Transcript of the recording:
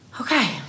okay